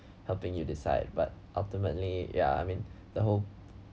helping you decide but ultimately ya I mean the whole